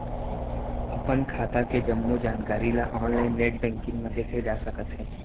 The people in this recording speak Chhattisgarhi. अपन खाता के जम्मो जानकारी ल ऑनलाइन नेट बैंकिंग म देखे जा सकत हे